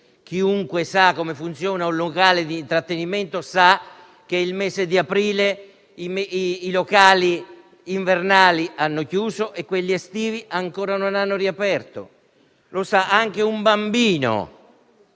Chiunque sappia come funziona un locale di intrattenimento sa che nel mese di aprile i locali invernali hanno già chiuso e quelli estivi non hanno ancora riaperto. Lo sa anche un bambino.